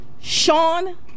Sean